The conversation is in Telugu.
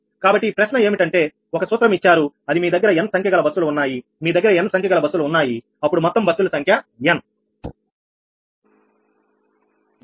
కాబట్టి ప్రశ్న ఏమిటంటే ఒక సూత్రం ఇచ్చారు అది మీ దగ్గర n సంఖ్య గల బస్సులు ఉన్నాయి మీ దగ్గర n సంఖ్య గల బస్సులు ఉన్నాయి అప్పుడు మొత్తం బస్సుల సంఖ్య n